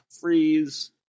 freeze